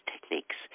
techniques